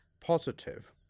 positive